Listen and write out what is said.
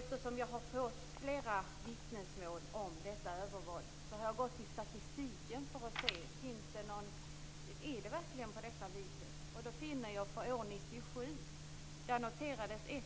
Eftersom jag har fått flera vittnesmål om detta övervåld har jag gått till statistiken för att se om det verkligen är på detta vis. Jag finner att det år 1997 noterades 1